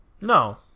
No